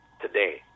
today